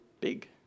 big